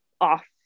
off